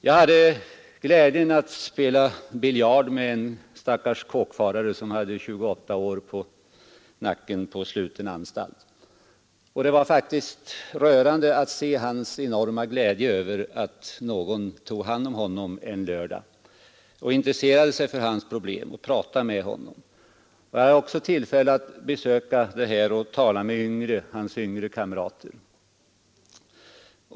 Jag hade glädjen att spela biljard med en stackars kåkfarare, som hade 28 år på nacken på sluten anstalt, och det var faktiskt rörande att se hans enorma glädje över att någon tog hand om honom en lördag, intresserade sig för hans problem och pratade med honom. Jag hade också tillfälle att besöka hotellet och tala med hans yngre kamrater.